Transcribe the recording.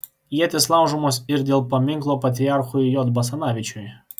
ietys laužomos ir dėl paminklo patriarchui j basanavičiui